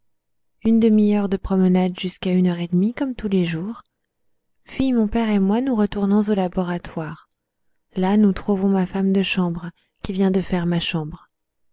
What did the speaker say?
une demi-heure de promenade jusqu'à une heure et demie comme tous les jours puis mon père et moi nous retournons au laboratoire là nous trouvons ma femme de chambre qui vient de faire ma chambre